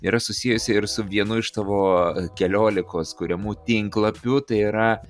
yra susijusi ir su vienu iš tavo keliolikos kuriamų tinklapių tai yra